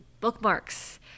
bookmarks